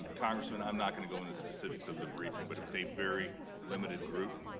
congressman, i'm not going to go into specifics of the briefing but it was a very limited group.